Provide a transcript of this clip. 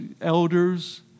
elders